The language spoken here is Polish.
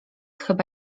chyba